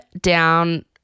down